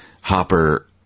Hopper